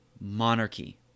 monarchy